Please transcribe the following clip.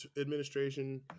administration